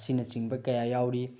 ꯑꯁꯤꯅꯆꯤꯡꯕ ꯀꯌꯥ ꯌꯥꯎꯔꯤ